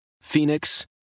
Phoenix